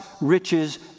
riches